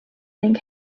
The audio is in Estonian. ning